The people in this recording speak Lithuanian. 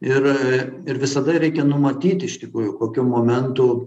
ir ir visada reikia numatyti iš tikrųjų kokiu momentu